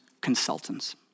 Consultants